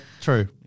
true